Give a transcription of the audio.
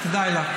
כדאי לך.